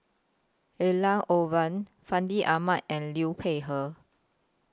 Elangovan Fandi Ahmad and Liu Peihe